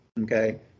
Okay